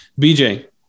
BJ